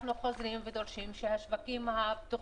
אנחנו חוזרים ודורשים, שהשווקים הפתוחים,